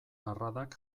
arradak